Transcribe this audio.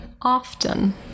often